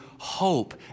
Hope